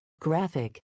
graphic